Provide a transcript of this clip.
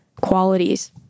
qualities